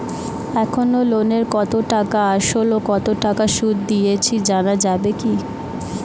এখনো লোনের কত টাকা আসল ও কত টাকা সুদ দিয়েছি জানা যাবে কি?